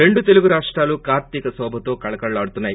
రెండు తెలుగు రాష్టాలు కార్తీక శోభతో కళకళలాడుతున్నాయి